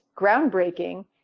groundbreaking